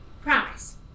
Promise